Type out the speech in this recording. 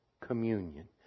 communion